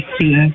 see